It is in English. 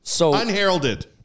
Unheralded